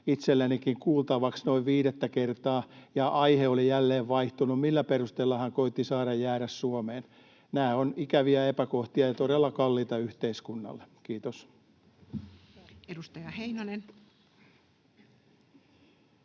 itsellenikin kuultavaksi noin viidettä kertaa, ja aihe oli jälleen vaihtunut, millä perusteella hän koetti saada jäädä Suomeen. Nämä ovat ikäviä epäkohtia ja todella kalliita yhteiskunnalle. — Kiitos. [Speech